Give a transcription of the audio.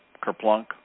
kerplunk